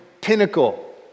pinnacle